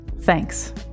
Thanks